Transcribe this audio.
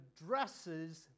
addresses